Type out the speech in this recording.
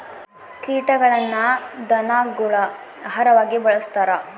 ಕೀಟಗಳನ್ನ ಧನಗುಳ ಆಹಾರವಾಗಿ ಬಳಸ್ತಾರ